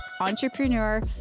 entrepreneur